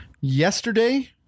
Yesterday